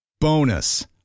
Bonus